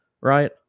right